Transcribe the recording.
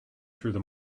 through